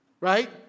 right